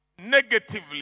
negatively